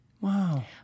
Wow